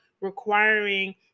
requiring